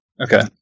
Okay